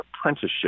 apprenticeship